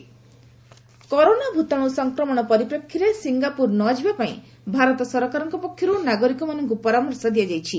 committee corona advisory corona ଭୂତାଣୁ ସଂକ୍ରମଣ ପରିପ୍ରେକ୍ଷୀରେ ସିଙ୍ଗାପୁର ନଯିବା ପାଇଁ ଭାରତ ସରକାରଙ୍କ ପକ୍ଷରୁ ନାଗରିକମାନଙ୍କୁ ପରାମର୍ଶ ଦିଆଯାଇଛି